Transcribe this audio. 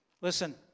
Listen